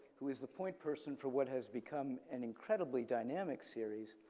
who is the point person for what has become an incredibly dynamic series,